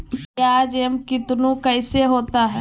प्याज एम कितनु कैसा होता है?